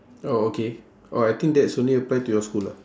oh okay oh I think that's only apply to your school lah